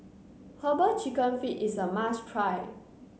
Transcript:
herbal chicken feet is a must try